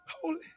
Holy